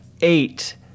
eight